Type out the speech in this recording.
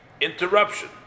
interruption